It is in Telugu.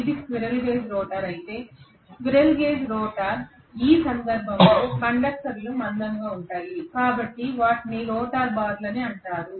ఇది స్క్విరెల్ కేజ్ రోటర్ అయితే స్క్విరెల్ కేజ్ రోటర్ ఈ సందర్భంలో కండక్టర్లు మందంగా ఉంటాయి కాబట్టి వాటిని రోటర్ బార్లు అంటారు